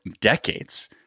decades